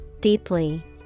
deeply